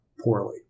poorly